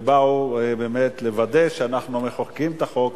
ובאו לוודא שאנחנו מחוקקים את החוק